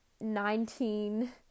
nineteen